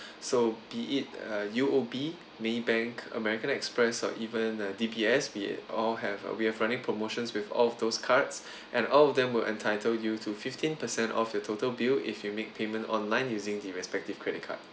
so be it uh U_O_B maybank american express or even uh D_B_S we all have uh we have running promotions with all of those cards and all of them will entitle you to fifteen percent off your total bill if you make payment online using the respective credit card